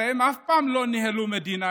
הרי הם אף פעם לא ניהלו מדינה,